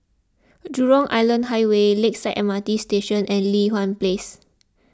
Jurong Island Highway Lakeside M R T Station and Li Hwan Place